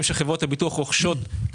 שחלקן רצו לרכוש